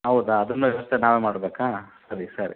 ಹೌದಾ ಅದನ್ನ ವ್ಯವಸ್ಥೆ ನಾವೇ ಮಾಡಬೇಕಾ ಸರಿ ಸರಿ